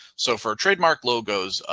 so for trademark logos,